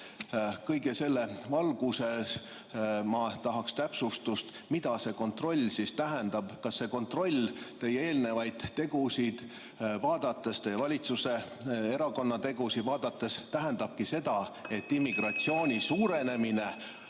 Kõige selle valguses ma tahaksin täpsustust, mida see kontroll siis tähendab. Kas see kontroll teie eelnevaid tegusid vaadates, teie valitsuse ja teie erakonna tegusid vaadates tähendabki seda, et immigratsiooni suurenemine